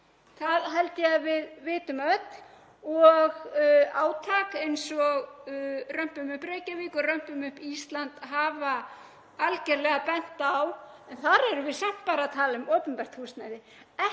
Það held ég að við vitum öll, eins og átak eins og Römpum upp Reykjavík og Römpum upp Ísland hafa algerlega bent á. En þar erum við samt bara tala um opinbert húsnæði,